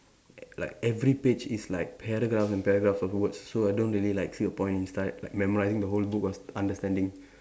like every page is like paragraph and paragraph of words so I don't really like see a point in stu like memorising the whole book or understanding